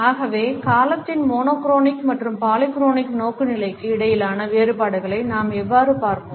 ஆகவே காலத்தின் monochronic மற்றும் பாலிக்ரோனிக் நோக்குநிலைகளுக்கு இடையிலான வேறுபாடுகளை நாம் எவ்வாறு பார்ப்போம்